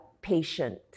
patient